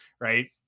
right